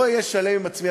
לא אהיה שלם עם עצמי,